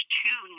two